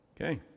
Okay